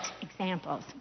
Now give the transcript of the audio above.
examples